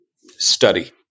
study